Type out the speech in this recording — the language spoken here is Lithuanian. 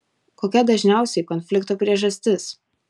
kokia dažniausiai konflikto priežastis